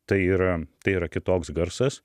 tai yra tai yra kitoks garsas